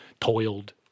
toiled